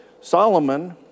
Solomon